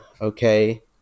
okay